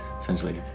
essentially